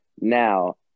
now